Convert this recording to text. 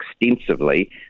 extensively